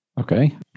Okay